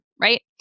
right